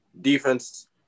defense